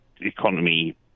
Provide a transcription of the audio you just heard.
economy